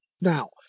Now